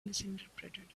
misinterpreted